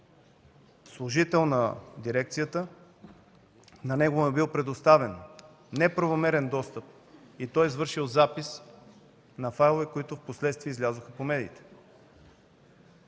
служител на дирекцията – на него му е бил предоставен неправомерен достъп и той е извършил запис на файлове, които впоследствие излязоха по медиите.